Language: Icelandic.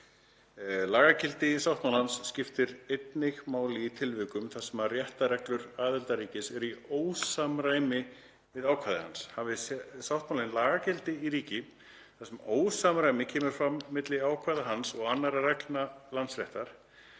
„Lagagildi sáttmálans skiptir einnig máli í tilvikum þar sem réttarreglur aðildarríkis eru í ósamræmi við ákvæði hans. Hafi sáttmálinn lagagildi í ríki, þar sem ósamræmi kemur fram milli ákvæða hans og annarra reglna landsréttar,